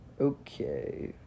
Okay